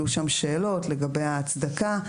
עלו שם שאלות לגבי ההצדקה.